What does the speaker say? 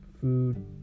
food